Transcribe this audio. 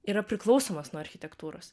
yra priklausomas nuo architektūros